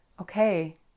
okay